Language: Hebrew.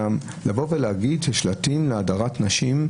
להגיד שמדובר בשלטים להדרת נשים,